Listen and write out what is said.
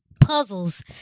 puzzles